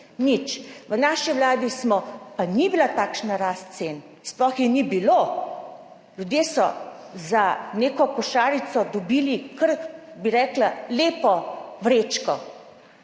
Nič. V naši vladi smo, pa ni bila takšna rast cen, sploh je ni bilo, ljudje so za neko košarico dobili kar lepo vrečko,